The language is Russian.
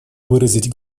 выразить